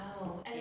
Wow